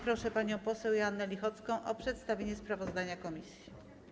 Proszę panią poseł Joannę Lichocką o przedstawienie sprawozdania komisji.